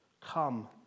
Come